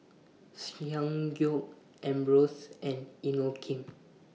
Ssangyong Ambros and Inokim